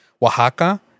Oaxaca